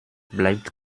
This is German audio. bleibt